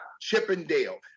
Chippendale